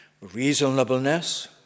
Reasonableness